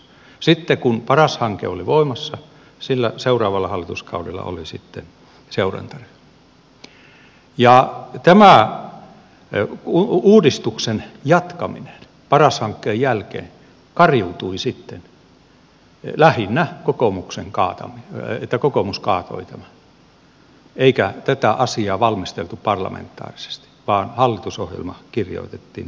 sitten kun paras hanke oli voimassa sillä seuraavalla hallituskaudella oli sitten seurantaryhmä ja tämä uudistuksen jatkaminen paras hankkeen jälkeen kariutui sitten lähinnä siihen että kokoomus kaatoi tämän eikä tätä asiaa valmisteltu parlamentaarisesti vaan hallitusohjelma kirjoitettiin niin kuin kirjoitettiin